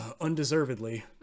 undeservedly